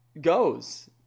goes